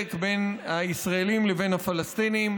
וצודק בין הישראלים לבין הפלסטינים,